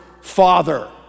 father